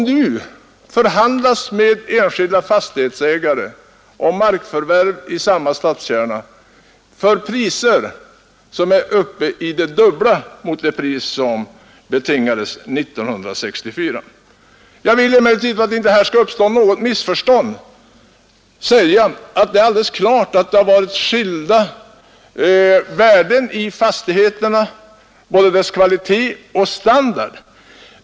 Nu förhandlas med enskilda fastighetsägare om markförvärv i samma stadskärna för priser som är dubbelt så höga som det pris som betingades 1964. Jag vill emellertid, för att det inte här skall uppstå något missförstånd, säga att det givetvis har varit skillnader i fråga om fastigheternas kvalitet och standard.